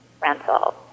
rental